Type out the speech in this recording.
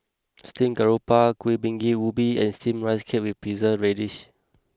Steamed Garoupa Kuih Bingka Ubi and Steamed Rice Cake with Preserved Radish